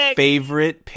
favorite